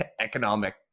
economic